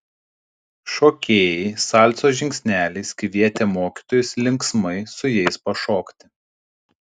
šokėjai salsos žingsneliais kvietė mokytojus linksmai su jais pašokti